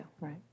Right